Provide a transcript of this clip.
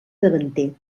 davanter